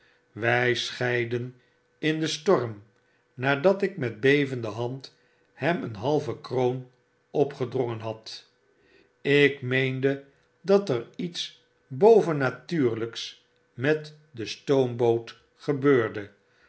wij scheidden in den storm nadat ik met bevende hand hem een halven kroon opgedrongen had ik meende dat er lets bovennatuurlyks met de stoomboot gebeurde